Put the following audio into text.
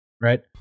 right